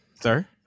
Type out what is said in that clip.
sir